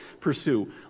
pursue